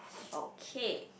okay